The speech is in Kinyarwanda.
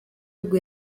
ubwo